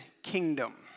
Kingdom